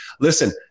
listen